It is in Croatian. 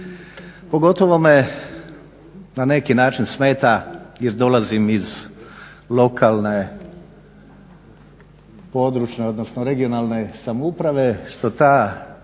Pogotovo me na neki način smeta jer dolazim iz lokalne, područne odnosno regionalne samouprave što ta